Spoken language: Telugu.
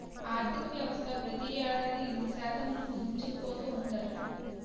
ఆర్థికవ్యవస్థ ప్రతి ఏడాది ఇంత శాతం అని కుదించుకుపోతూ ఉందట